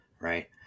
right